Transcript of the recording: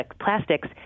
plastics